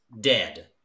dead